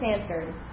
answered